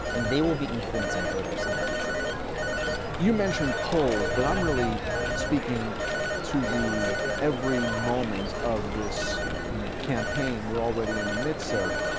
and they will be influencing voters in the future. heffner you mentioned polls, but i'm really speaking to the every moment of this campaign we're already in the midst of.